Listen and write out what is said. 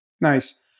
Nice